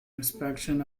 inspection